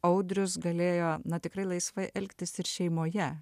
audrius galėjo na tikrai laisvai elgtis ir šeimoje